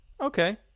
Okay